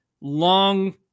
long